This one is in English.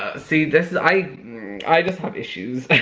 ah see this is i i just have issues.